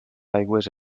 aigües